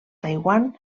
taiwan